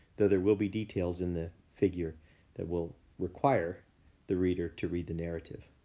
though there will be details in the figure that will require the reader to read the narrative.